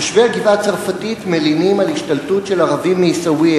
תושבי הגבעה-הצרפתית מלינים על השתלטות של ערבים מעיסאוויה